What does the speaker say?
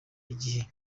igihe